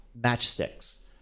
matchsticks